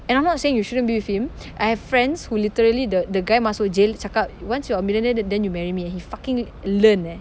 and I'm not saying you shouldn't be with him I have friends who literally the the guy masuk jail cakap once you are a millionaire then you marry me and he fucking learn eh